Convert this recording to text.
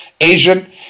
Asian